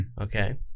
Okay